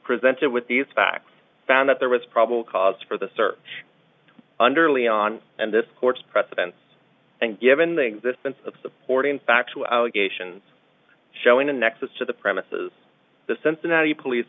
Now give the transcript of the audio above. presented with these facts found that there was probable cause for the search under leon and this court's precedents and given the existence of supporting factual allegations showing a nexus to the premises the cincinnati police